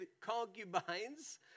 concubines